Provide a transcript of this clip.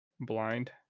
blind